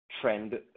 trend